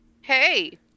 Hey